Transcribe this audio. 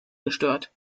gestört